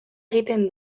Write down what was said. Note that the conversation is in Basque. egiten